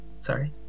Sorry